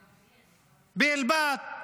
באל-באט.